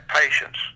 patience